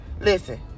Listen